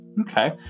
okay